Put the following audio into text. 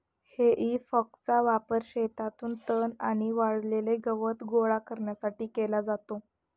हेई फॉकचा वापर शेतातून तण आणि वाळलेले गवत गोळा करण्यासाठी केला जातो